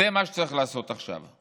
זה מה שצריך לעשות עכשיו.